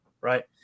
Right